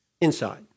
inside